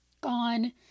gone